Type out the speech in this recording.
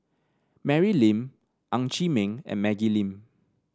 Mary Lim Ng Chee Meng and Maggie Lim